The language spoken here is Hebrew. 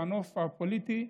בנוף הפוליטי,